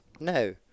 no